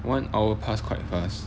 one hour passed quite fast